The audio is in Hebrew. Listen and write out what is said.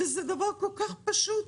זה דבר כל כך פשוט,